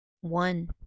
One